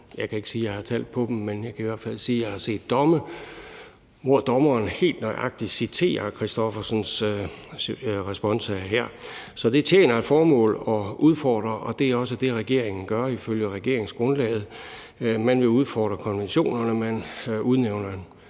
Jeg kan ikke sige, at jeg har tal på det, men jeg kan i hvert fald sige, at jeg har set domme, hvor dommeren lige nøjagtig citerer Christoffersens responsa her. Så det tjener et formål at udfordre, og det er også det, regeringen gør ifølge regeringsgrundlaget. Man vil udfordre konventionerne. Man udnævner en